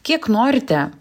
kiek norite